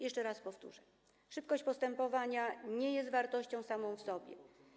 Jeszcze raz powtórzę, że szybkość postępowania nie jest wartością samą w sobie.